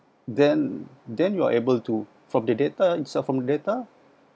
then then you are able to from the data itself from data